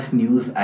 news